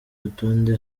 rutonde